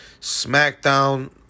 SmackDown